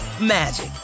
magic